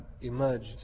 emerged